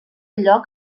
lloc